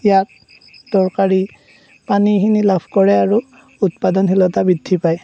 ইয়াক দৰকাৰী পানীখিনি লাভ কৰে আৰু উৎপাদনশীলতা বৃদ্ধি পায়